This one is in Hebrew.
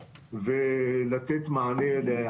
אני לא אומר את זה